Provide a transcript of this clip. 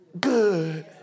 good